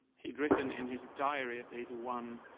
he'd written in his diary that they do one